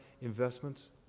investments